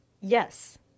Yes